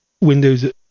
Windows